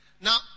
Now